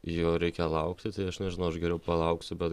jo reikia laukti tai aš nežinau aš geriau palauksiu bet